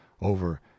over